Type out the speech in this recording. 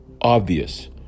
obvious